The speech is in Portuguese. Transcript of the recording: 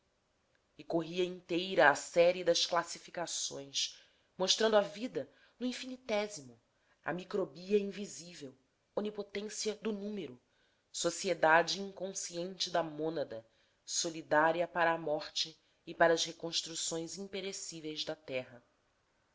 e corria inteira a série das classificações mostrando a vida no infinitésimo a microbia invisível onipotência do número sociedade inconsciente da mônada solidária para a morte e para as reconstruções imperecíveis da terra